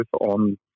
on